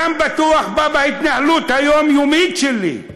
בטוח בה גם בהתנהלות היומיומית שלי.